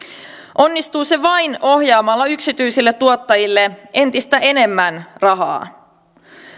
onnistuu se vain ohjaamalla yksityisille tuottajille entistä enemmän rahaa